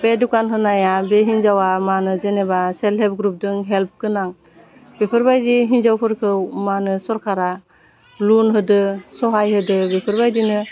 बे दुखान होनाया बे हिन्जावा मानो जेनेबा सेल्प हेल्प ग्रुपदों हेल्प गोनां बेफोरबायदि हिन्जावफोरखौ मा होनो सरकारा लुन होदो सहाय होदो बिफोरबायदिनो